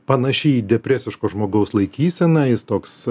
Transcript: panaši į depresiško žmogaus laikysena jis toks